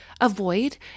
avoid